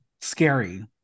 scary